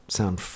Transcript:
sound